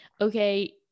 okay